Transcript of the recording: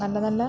നല്ല നല്ല